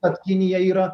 kad kinija yra